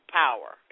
power